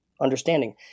understanding